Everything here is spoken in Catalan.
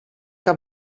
que